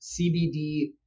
CBD